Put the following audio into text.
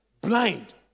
blind